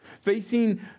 facing